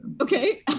Okay